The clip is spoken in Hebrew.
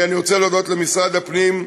אני רוצה להודות למשרד הפנים,